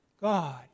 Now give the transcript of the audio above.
God